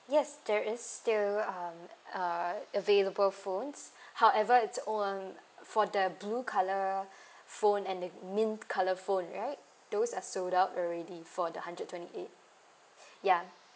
yes there is still um uh available phones however it's um for the blue color phone and the mint color phone right those are sold out already for the hundred twenty eight ya